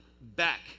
back